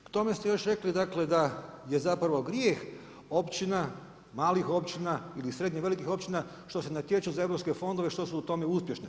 K tome ste još rekli da je zapravo grijeh općina, malih općina ili srednjih, velikih općina što se natječu za europske fondove što su u tome uspješne.